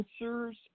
answers